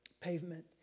Pavement